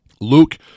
Luke –